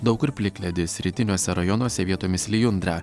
daug kur plikledis rytiniuose rajonuose vietomis lijundra